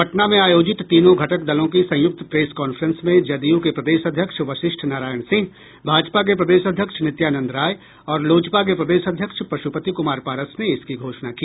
पटना में आयोजित तीनों घटक दलों की संयुक्त प्रेस कांफ्रेंस में जदयू के प्रदेश अध्यक्ष वशिष्ठ नारायण सिंह भाजपा के प्रदेश अध्यक्ष नित्यानंद राय और लोजपा के प्रदेश अध्यक्ष पशुपति कुमार पारस ने इसकी घोषणा की